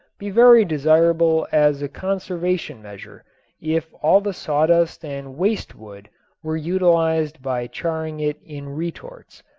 be very desirable as a conservation measure if all the sawdust and waste wood were utilized by charring it in retorts.